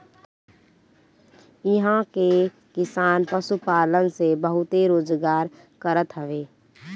इहां के किसान पशुपालन से बहुते रोजगार करत हवे